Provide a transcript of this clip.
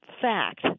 fact